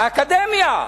מהאקדמיה,